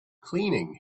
cleaning